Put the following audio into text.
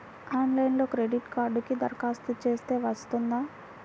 ఆన్లైన్లో క్రెడిట్ కార్డ్కి దరఖాస్తు చేస్తే వస్తుందా?